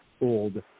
old